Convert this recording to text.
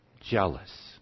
jealous